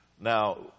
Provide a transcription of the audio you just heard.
Now